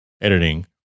editing